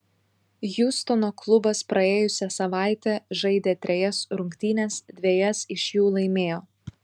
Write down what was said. hjustono klubas praėjusią savaitę žaidė trejas rungtynes dvejas iš jų laimėjo